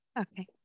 Okay